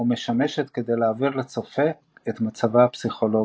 ומשמשת כדי להעביר לצופה את מצבה הפסיכולוגי.